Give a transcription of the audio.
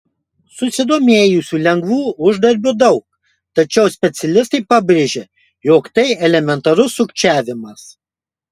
susidomėjusių lengvu uždarbiu daug tačiau specialistai pabrėžia jog tai elementarus sukčiavimas